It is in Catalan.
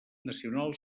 nacional